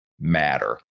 Matter